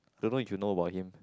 don't know if you know about him